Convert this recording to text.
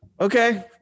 okay